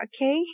okay